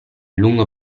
lungo